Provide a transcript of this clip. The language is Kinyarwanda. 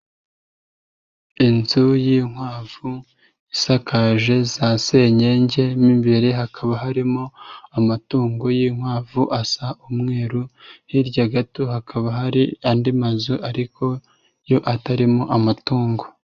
Inzu y'inkwavu isakaje za senyenge mo imbere hakaba harimo amatungo y'inkwavu asa umweru, hirya gato hakaba hari andi mazu ariko yo atarimo amatungo.